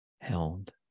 held